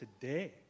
today